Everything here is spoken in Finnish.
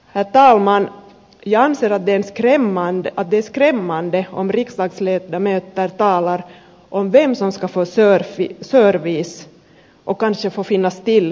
he talman ja laserobeliskelemaan nautiskelemaan vehon merkit ovat löytäneet täältä alar on bensansa poseerasi sarviiss kukansitofinnas till